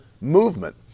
movement